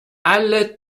alle